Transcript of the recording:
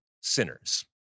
sinners